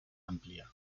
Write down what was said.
amplia